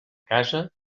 casa